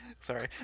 Sorry